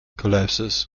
collapses